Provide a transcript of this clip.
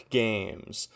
games